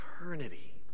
eternity